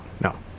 no